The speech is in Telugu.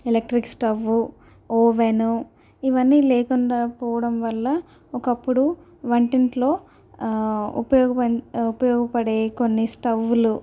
ఎలక్ట్రిక్ స్టవ్ ఓవెను ఇవన్నీ లేకుండా పోవడం వల్ల ఒకప్పుడు వంటింట్లో ఉపయోగప ఉపయోగపడే కొన్ని స్టవ్వులు